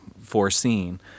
foreseen